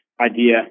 idea